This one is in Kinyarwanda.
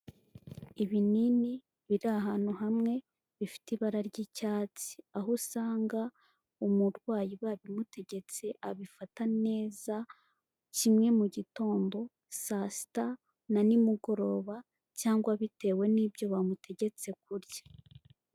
Ibinini biri ahantu hamwe bifite ibara ry'icyatsi, aho usanga umurwayi babimutegetse abifata neza, kimwe mu gitondo saa sita na nimugoroba cyangwa bitewe nibyo bamutegetse kurya.